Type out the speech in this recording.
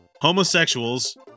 Homosexuals